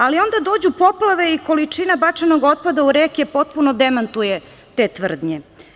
Ali, onda dođu poplave i količina bačenog otpada u reke potpuno demantuje te tvrdnje.